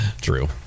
true